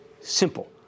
Simple